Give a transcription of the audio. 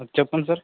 చెప్పండి సార్